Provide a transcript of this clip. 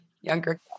younger